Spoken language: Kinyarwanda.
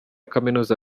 kaminuza